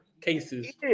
cases